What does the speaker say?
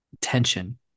tension